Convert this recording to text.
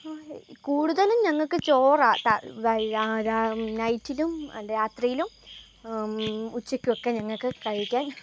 കൂടുതലും ഞങ്ങൾക്കു ചോറ നൈറ്റിലും രാത്രിയിലും ഉച്ചക്കുമൊക്കെ ഞങ്ങൾക്കു കഴിക്കാൻ